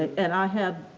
and i have,